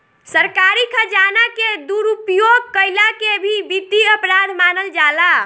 सरकारी खजाना के दुरुपयोग कईला के भी वित्तीय अपराध मानल जाला